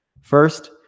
First